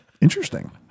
Interesting